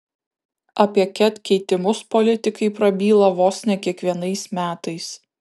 apie ket keitimus politikai prabyla vos ne kiekvienais metais